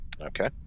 Okay